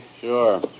Sure